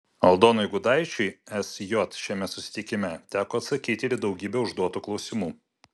aldonui gudaičiui sj šiame susitikime teko atsakyti ir į daugybę užduotų klausimų